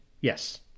Yes